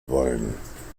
wollen